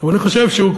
אבל אני חושב שהוא,